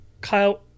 Kyle